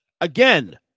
again